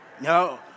No